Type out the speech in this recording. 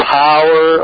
power